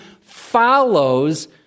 follows